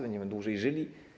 Będziemy dłużej żyli?